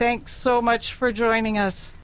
thanks so much for joining us